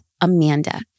Amanda